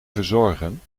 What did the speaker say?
verzorgen